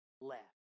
left